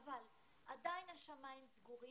אבל ישראלים יכולים להגיע.